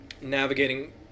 navigating